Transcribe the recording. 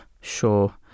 sure